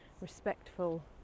respectful